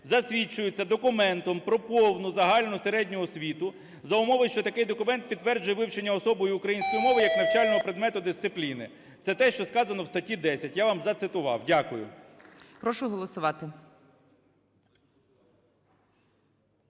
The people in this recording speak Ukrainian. засвідчується документом про повну загальну середню освіту, за умови, що такий документ підтверджує вивчення особою української мови як навчального предмету (дисципліни)". Це те, що сказано в статті 10, я вам зацитував. Дякую. ГОЛОВУЮЧИЙ. Прошу голосувати.